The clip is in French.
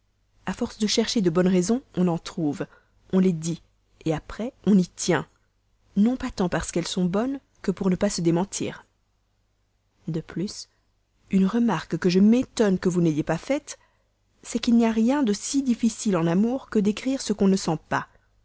a force de chercher de bonnes raisons on en trouve on les dit après on y tient non pas tant parce qu'elles sont bonnes que pour ne se pas démentir de plus une remarque que je m'étonne que vous n'ayez pas faite c'est qu'il n'y a rien de si difficile en amour que d'écrire ce qu'on ne sent pas